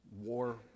war